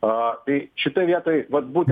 o tai šitoj vietoj vat būtent